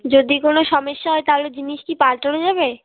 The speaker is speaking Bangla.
যদি কোনো সমেস্যা হয় তাহলে জিনিস কি পাল্টানো যাবে